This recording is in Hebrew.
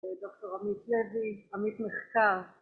דוקטור עמית יבי, עמית מחקר